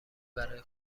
برای